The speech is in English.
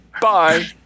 Bye